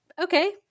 okay